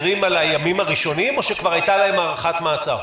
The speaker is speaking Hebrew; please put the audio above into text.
בימים הראשונים או שכבר הייתה להם הערכת מעצר?